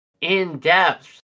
in-depth